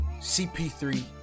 CP3